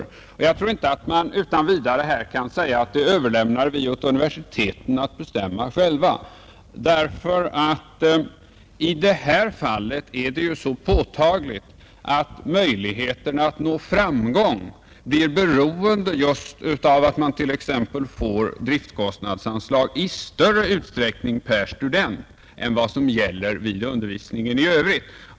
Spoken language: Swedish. Man kan enligt min mening inte utan vidare överlämna åt universiteten att själva bestämma detta, ty det är ju i detta fall påtagligt att möjligheterna att nå framgång blir beroende just av att man får exempelvis driftkostnadsanslag i större utsträckning per student än vad som gäller vid undervisningen i övrigt.